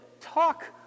talk